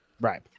right